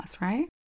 right